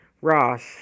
Ross